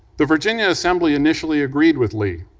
the virginia assembly initially agreed with lee,